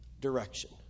direction